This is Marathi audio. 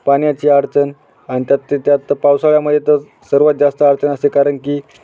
पाण्याची अडचण आणि त्यात ते त्यात पावसाळ्यामध्ये तर सर्वात जास्त अडचण असते कारण की